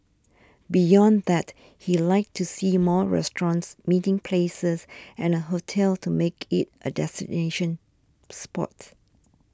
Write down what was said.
beyond that he like to see more restaurants meeting places and a hotel to make it a destination spot